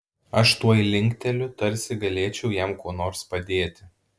aš tuoj linkteliu tarsi galėčiau jam kuo nors padėti